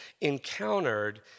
encountered